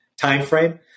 timeframe